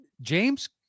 james